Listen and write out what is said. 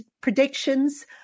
predictions